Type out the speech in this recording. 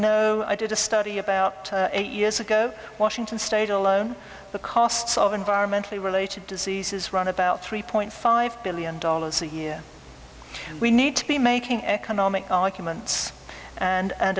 know i did a study about eight years ago washington state alone the costs of environmentally related diseases run about three point five billion dollars a year we need to be making economic arguments and a